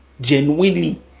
genuinely